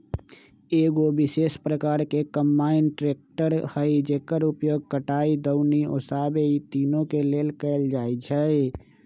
एगो विशेष प्रकार के कंबाइन ट्रेकटर हइ जेकर उपयोग कटाई, दौनी आ ओसाबे इ तिनों के लेल कएल जाइ छइ